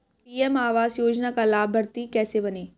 PM आवास योजना का लाभर्ती कैसे बनें?